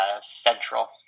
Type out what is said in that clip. central